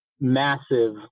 massive